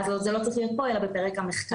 אז זה לא צריך להיות פה אלא בפרק המחקר.